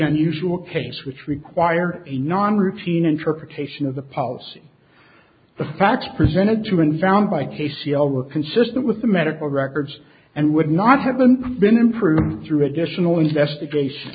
unusual case which required a non routine interpretation of the policy the facts presented to and found by casey all were consistent with the medical records and would not have been been improved through additional investigation